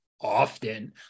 often